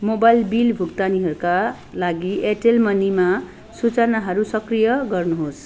mobile bill भुक्तानीहरूका लागि एयरटेल मनीमा सूचनाहरू सक्रिय गर्नुहोस्